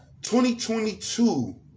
2022